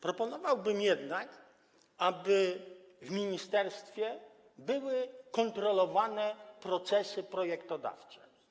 Proponowałbym jednak, aby w ministerstwie były kontrolowane procesy projektodawcze.